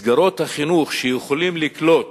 מסגרות החינוך שיכולות לקלוט